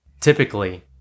typically